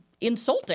insulting